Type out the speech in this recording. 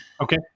Okay